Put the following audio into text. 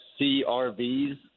CRVs